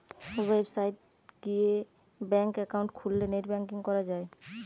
website গিয়ে bank account খুললে net banking করা যায়